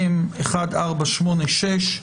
מ/1486.